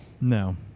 no